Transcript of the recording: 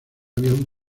avión